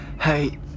Hey